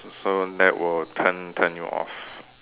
s~ so that will turn turn you off